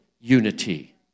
unity